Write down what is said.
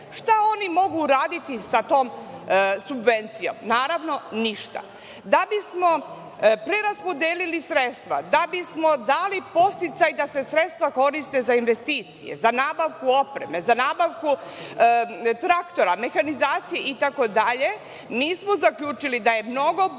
mogu da urade sa tom subvencijom? Naravno ništa. Da bismo preraspodeli sredstava, da bismo dali podsticaj da se sredstva koriste za investicije, za nabavku opreme, za nabavku traktora, mehanizacije itd. zaključili smo da je mnogo bolje